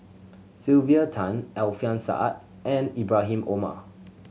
Sylvia Tan Alfian Sa'at and Ibrahim Omar